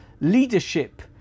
leadership